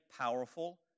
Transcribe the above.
powerful